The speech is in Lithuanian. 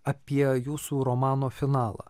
apie jūsų romano finalą